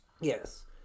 Yes